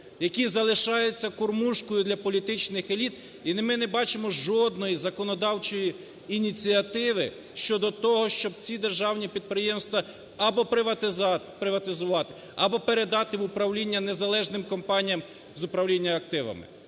які залишаються кормушкою для політичних еліт, і ми не бачимо жодної законодавчої ініціативи щодо того, щоб ці державні підприємства або приватизувати, або передати в управління незалежним компаніям з управління активами.